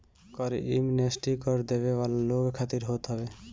कर एमनेस्टी कर देवे वाला लोग खातिर होत हवे